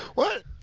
what?